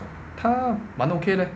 他蛮 okay leh